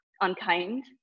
unkind